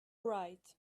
right